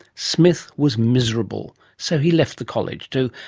smith was miserable, so he left the college to,